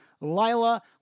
Lila